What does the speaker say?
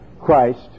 Christ